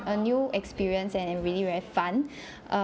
a new experience and it really very fun